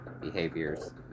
behaviors